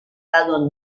dado